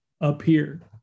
appeared